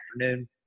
afternoon